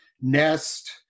Nest